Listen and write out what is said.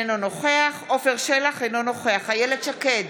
אינו נוכח עפר שלח, אינו נוכח איילת שקד,